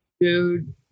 dude